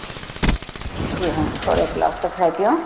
جی ہاں four o'clock تک رہتی ہوں